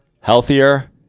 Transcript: healthier